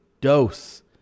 dose